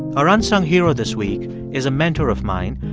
our unsung hero this week is a mentor of mine,